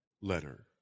letter